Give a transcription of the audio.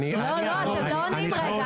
אני --- לא, לא, אתם לא עונים רגע.